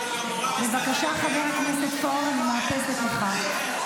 אז בבקשה, חבר הכנסת פורר, אני מאפסת אותך.